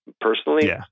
personally